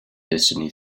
destiny